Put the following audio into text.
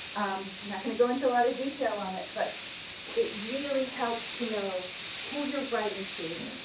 i'm not going to go into a lot of detail on it but it really helps to know who you're writing to,